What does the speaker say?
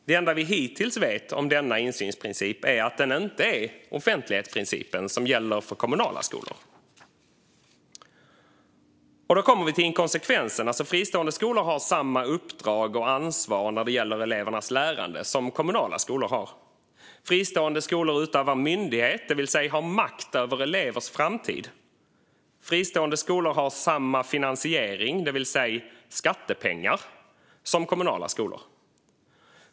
Det enda vi hittills vet om denna insynsprincip är att den inte är den offentlighetsprincip som gäller för kommunala skolor. Då kommer vi till inkonsekvensen: Fristående skolor har samma uppdrag och ansvar när det gäller elevernas lärande som kommunala skolor har. Fristående skolor utövar myndighet, det vill säga har makt över elevers framtid. Fristående skolor har samma finansiering, det vill säga skattepengar, som kommunala skolor.